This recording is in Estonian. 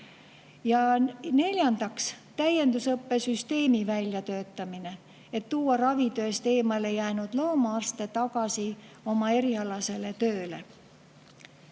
Ja neljandaks, täiendusõppe süsteemi väljatöötamine, et tuua ravitööst eemale jäänud loomaarste tagasi oma erialasele tööle.